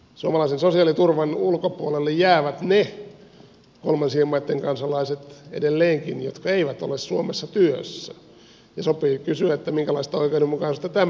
suomalaisen sosiaaliturvan ulkopuolelle jäävät edelleenkin ne kolmansien maitten kansalaiset jotka eivät ole suomessa työssä ja sopii kysyä minkälaista oikeudenmukaisuutta tämä sitten on